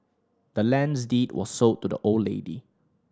the land's deed was sold to the old lady